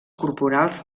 corporals